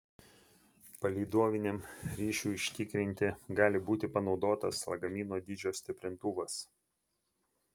palydoviniam ryšiui užtikrinti gali būti panaudotas lagamino dydžio stiprintuvas